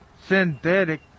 synthetic